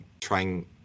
trying